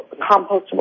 compostable